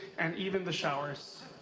and even the showers.